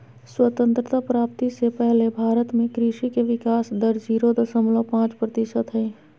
स्वतंत्रता प्राप्ति से पहले भारत में कृषि के विकाश दर जीरो दशमलव पांच प्रतिशत हई